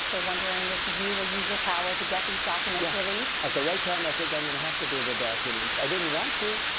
they're wondering if you will use your power to get these documents released? yeah, at the right time i think i'm gonna have to do the documents. i didn't want to!